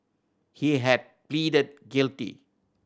he had pleaded guilty